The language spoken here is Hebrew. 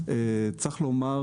צריך לומר